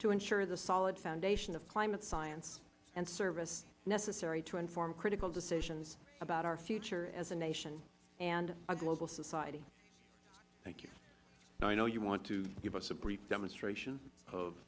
to ensure the solid foundation of climate science and service necessary to inform critical decisions about our future as a nation and a global society the chairman thank you now i know you want to give us a brief demonstration